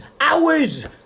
hours